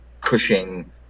cushing